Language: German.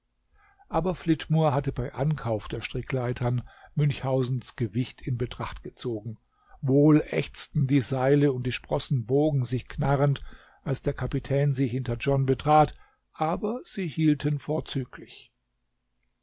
aber flitmore hatte bei ankauf der strickleitern münchhausens gewicht in betracht gezogen wohl ächzten die seile und die sprossen bogen sich knarrend als der kapitän sie hinter john betrat aber sie hielten vorzüglich